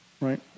Right